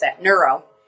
neuro